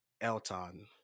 Elton